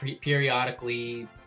periodically